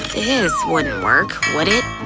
this wouldn't work, would it?